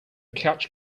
couch